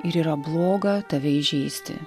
ir yra bloga tave įžeisti